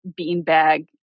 beanbag